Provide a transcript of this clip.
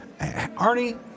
Arnie